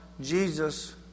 Jesus